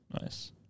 Nice